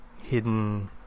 hidden